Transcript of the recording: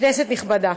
כנסת נכבדה,